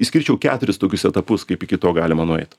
išskirčiau keturis tokius etapus kaip iki to galima nueit